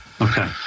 Okay